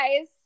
guys